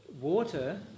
water